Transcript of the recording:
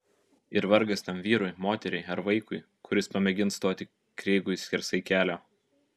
ir vargas tam vyrui moteriai ar vaikui kuris pamėgins stoti kreigui skersai kelio